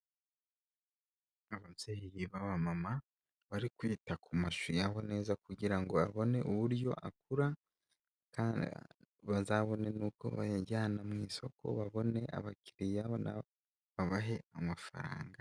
Ababyeyi b'abamama bari kwita ku mashu yabo neza kugira ngo abone uburyo akura bazabone n'uko bayajyana mu isoko babone abakiriya babahe amafaranga.